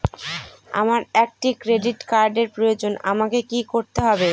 আমার একটি ক্রেডিট কার্ডের প্রয়োজন আমাকে কি করতে হবে?